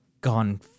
gone